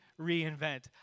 reinvent